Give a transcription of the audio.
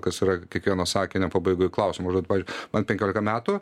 kas yra kiekvieno sakinio pabaigoj klausimą užduot pavyzdžiui man penkiolika metų